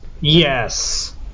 Yes